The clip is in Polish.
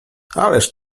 ależ